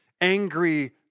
angry